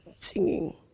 singing